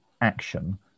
action